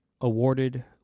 awarded